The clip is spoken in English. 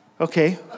Okay